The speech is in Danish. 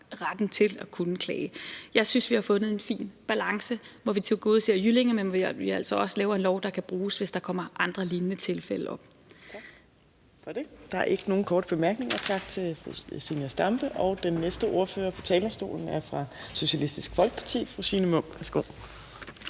retten til at kunne klage. Jeg synes, at vi har fundet en fin balance, hvor vi tilgodeser Jyllinge, men hvor vi altså også laver en lov, der kan bruges, hvis der kommer andre lignende tilfælde op. Kl. 13:33 Fjerde næstformand (Trine Torp): Tak for det. Der har ikke nogen korte bemærkninger. Tak til fru Zenia Stampe. Den næste ordfører på talerstolen er fra Socialistisk Folkeparti, fru Signe Munk.